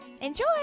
Enjoy